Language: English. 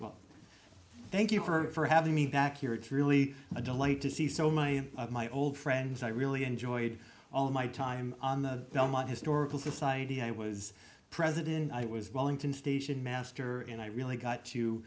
well thank you for having me back here it's really a delight to see so many of my old friends i really enjoyed all my time on the belmont historical society i was president i was wellington station master and i really got